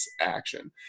action